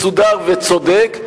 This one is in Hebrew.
מסודר וצודק,